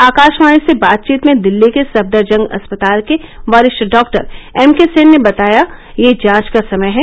आकाशवाणी से बातचीत में दिल्ली के सफदरजंग अस्पताल के वरिष्ठ डॉ एम के सेन ने बताया यह जांच का समय हैं